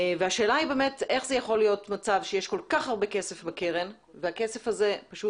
והשאלה היא איך יכול להיות שיש כל כך הרבה כסף בקרן והכסף נשאר